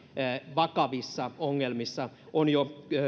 vakavissa ongelmissa on jo